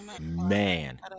Man